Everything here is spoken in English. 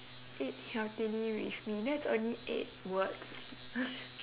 eat healthily with me that's only eight words